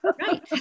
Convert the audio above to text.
Right